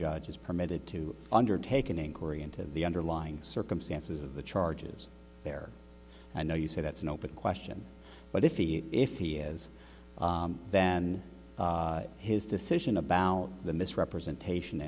judge is permitted to undertake an inquiry into the underlying circumstances of the charges there i know you say that's an open question but if he if he is then his decision about the misrepresentation